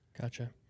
Gotcha